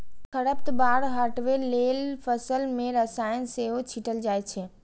खरपतवार हटबै लेल फसल मे रसायन सेहो छीटल जाए छै